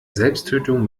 selbsttötung